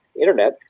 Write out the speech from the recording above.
internet